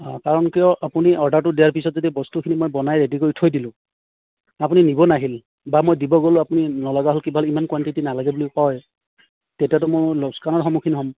অঁ কাৰণ কিয় আপুনি অৰ্ডাৰটো দিয়াৰ পিছত যদি বস্তুখিনি মই বনাই ৰেডি কৰি থৈ দিলোঁ আপুনি নিব নাহিল বা মই দিব গ'লো আপুনি হ'ল ইমান কুৱানণ্টিটি নালাগে বুলি কয় তেতিয়াতো মোৰ লোকচানৰ সন্মুখীন হ'ম